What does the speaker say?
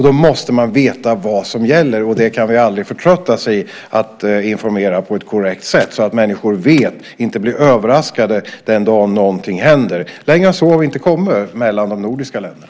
Då måste man veta vad som gäller. Vi kan aldrig förtröttas i arbetet med att informera på ett korrekt sätt så att människor vet och inte blir överraskade den dagen någonting händer. Längre än så har vi inte kommit mellan de nordiska länderna.